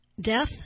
Death